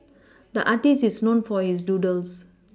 the artist is known for his doodles